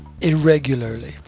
irregularly